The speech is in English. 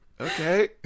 Okay